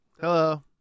Hello